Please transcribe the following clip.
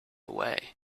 away